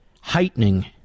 heightening